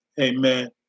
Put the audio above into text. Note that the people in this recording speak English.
Amen